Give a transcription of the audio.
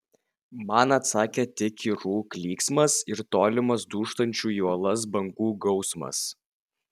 man atsakė tik kirų klyksmas ir tolimas dūžtančių į uolas bangų gausmas